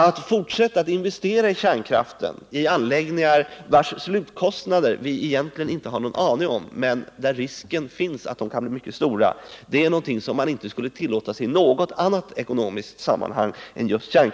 Att fortsätta att investera i kärnkraftsanläggningar för vilka vi egentligen inte har någon aning om slutkostnaderna, och där risken finns att dessa kan bli mycket stora, är någonting som man inte skulle tillåta sig i något annat ekonomiskt sammanhang.